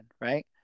right